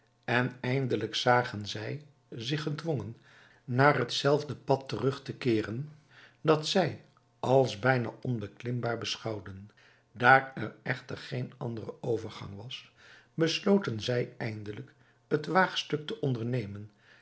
en eindelijk zagen zij zich gedwongen naar het zelfde pad terug te keeren dat zij als bijna onbeklimbaar beschouwden daar er echter geen anderen overgang was besloten zij eindelijk het waagstuk te ondernemen